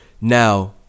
Now